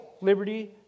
liberty